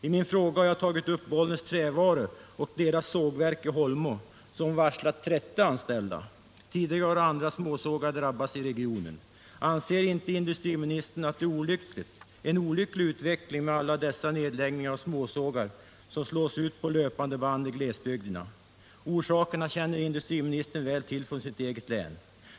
I min fråga har jag tagit upp Bollnäs Trävaru AB och dess sågverk i Holmo, som varslat 30 anställda. Tidigare har andra småsågar drabbats i regionen. Anser inte industriministern att det är en olycklig utveckling med alla dessa nedläggningar av småsågar, som slås ut på löpande band i glesbygderna? Orsakerna känner industriministern väl till från sitt eget län.